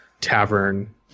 tavern